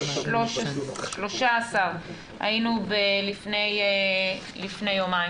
213 היינו לפני יומיים,